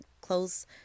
close